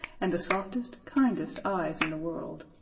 and the softest, kindest eyes in the world,